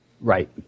right